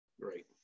Great